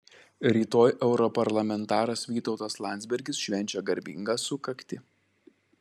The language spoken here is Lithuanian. rytoj europarlamentaras vytautas landsbergis švenčia garbingą sukaktį